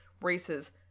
races